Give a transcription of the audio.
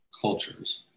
cultures